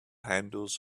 handles